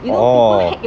orh